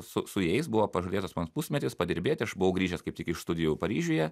su su jais buvo pažadėtos man pusmetis padirbėti aš buvau grįžęs kaip tik iš studijų paryžiuje